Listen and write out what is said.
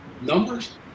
Numbers